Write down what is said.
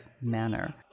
manner